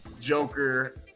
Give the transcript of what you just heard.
Joker